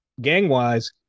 gang-wise